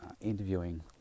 interviewing